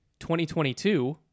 2022